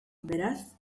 beraz